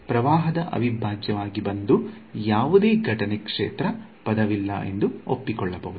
ಪ್ರವಾಹದ ಅವಿಭಾಜ್ಯವಾಗಿ ಬಂದ ಯಾವುದೇ ಘಟನೆ ಕ್ಷೇತ್ರ ಪದವಿಲ್ಲ ಎಂದು ಒಪ್ಪಿಕೊಳ್ಳಬಹುದು